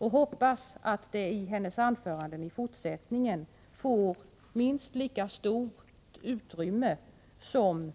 Jag hoppas-att konferensen i fortsättningen får ett minst lika stort utrymme i hennes anföranden som